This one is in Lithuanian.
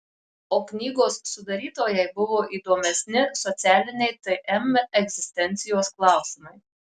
o knygos sudarytojai buvo įdomesni socialiniai tm egzistencijos klausimai